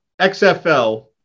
XFL